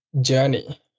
journey